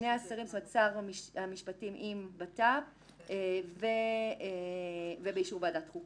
זאת אומרת שר המשפטים עם השר לביטחון פנים ובאישור ועדת חוקה.